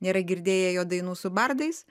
nėra girdėję jo dainų su bardais